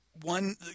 One